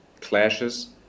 clashes